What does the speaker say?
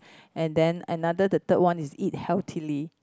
and then another the third one is eat healthily